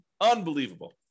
Unbelievable